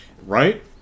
right